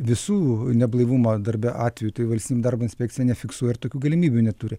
visų neblaivumo darbe atvejų tai valstybinė darbo inspekcija nefiksuoja ir tokių galimybių neturi